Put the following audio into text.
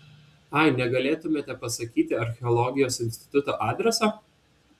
ai negalėtumėte pasakyti archeologijos instituto adreso